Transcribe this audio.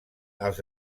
als